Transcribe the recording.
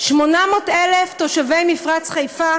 800,000 תושבי מפרץ חיפה